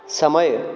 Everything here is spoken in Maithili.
समय